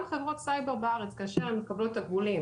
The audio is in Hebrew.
גם כאשר חברות סייבר בארץ מקבלות תקבולים,